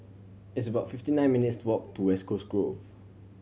it's about fifty nine minutes' walk to West Coast Grove